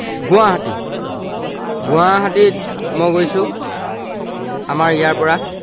গুৱাহাটী গুৱাহাটীত মই গৈছোঁ আমাৰ ইয়াৰপৰা